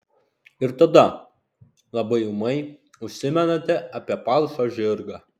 ir tada labai ūmai užsimenate apie palšą žirgą